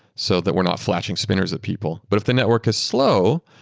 so that we're not flashing spinners at people. but if the network is slow,